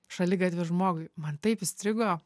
šaligatvį žmogui man taip įstrigo